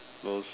those